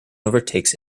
overtakes